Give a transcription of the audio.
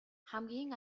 хамгийн